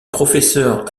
professeur